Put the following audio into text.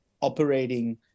operating